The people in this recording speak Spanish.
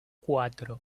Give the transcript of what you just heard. cuatro